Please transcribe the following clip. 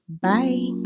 Bye